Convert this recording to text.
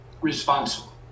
responsible